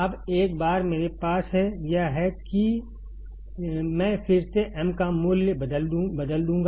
अब एक बार मेरे पास यह है मैं फिर से m का मूल्य बदल दूंगा